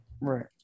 right